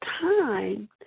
time